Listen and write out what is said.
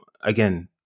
again